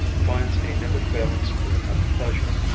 finds a never-failing spring of pleasure.